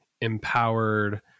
empowered